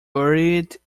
buried